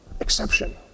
exception